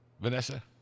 Vanessa